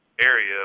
area